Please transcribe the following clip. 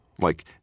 Like